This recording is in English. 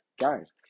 guys